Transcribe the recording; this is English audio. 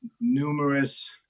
Numerous